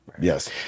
Yes